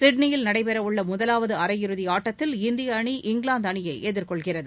சிட்னியில் நடைபெற உள்ள முதலாவது அரையிறுதி ஆட்டத்தில் இந்திய அணி இங்கிலாந்து அணியை எதிர்கொள்கிறது